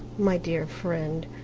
my dear friend,